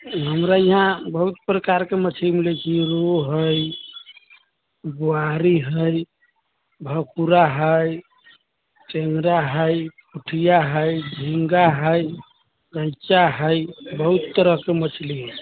हमरा इहाँ बहुत प्रकार के मछरी मिलै छै रौह हय बुआरी हय भकुरा हय टेंगरा हय पोठिया हय झींगा हय गैंचा हय बहुत तरह के मछली हय